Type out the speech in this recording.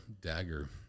dagger